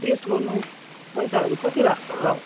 test गर्नु पैसाहरू कति लाग्छ होला हौ